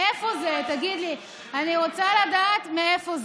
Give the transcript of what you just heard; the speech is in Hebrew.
מאיפה זה, תגיד לי, אני רוצה לדעת מאיפה זה.